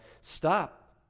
Stop